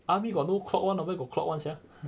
army got no clock one ah where got clock one sia